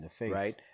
right